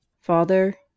Father